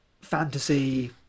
fantasy